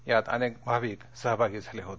यात अनेक भाविक सहभागी झाले होते